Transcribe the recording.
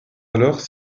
alors